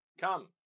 come